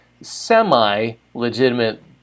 semi-legitimate